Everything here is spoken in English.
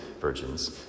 virgins